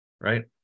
Right